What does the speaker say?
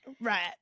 Right